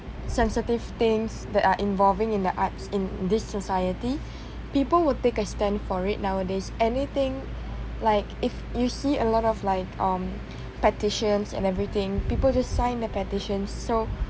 sensitive things that are involving in the arts in this society people will take a stand for it nowadays anything like if you see a lot of like um petitions and everything people just sign the petition so